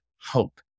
hope